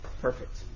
perfect